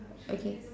okay